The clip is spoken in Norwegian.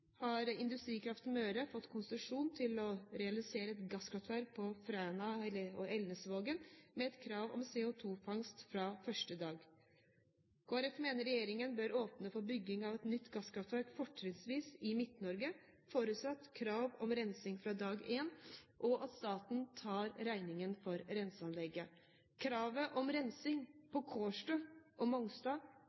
har Industrikraft Møre fått konsesjon for å realisere et gasskraftverk i Elnesvågen i Fræna, med krav om CO2-fangst fra første dag. Kristelig Folkeparti mener regjeringen bør åpne for bygging av et nytt gasskraftverk, fortrinnsvis i Midt-Norge, forutsatt krav om rensing fra dag én, og at staten tar regningen for renseanlegget. Kravet om rensing av Kårstø og Mongstad